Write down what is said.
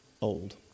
old